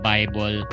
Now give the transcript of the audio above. Bible